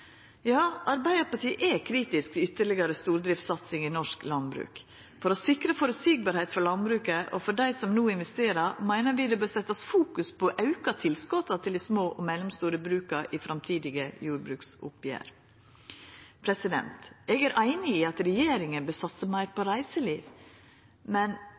Ja, Arbeidarpartiet er kritisk til ytterlegare stordriftssatsing i norsk landbruk. For å sikra eit føreseieleg landbruk, også for dei som no investerer, meiner vi at ein bør fokusera på å auka tilskota til dei små og mellomstore bruka i framtidige jordbruksoppgjer. Eg er einig i at regjeringa bør satsa meir på reiseliv, men